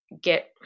get